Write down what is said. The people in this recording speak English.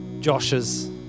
Josh's